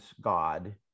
God